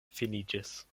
finiĝis